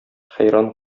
хәйран